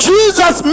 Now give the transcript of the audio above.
Jesus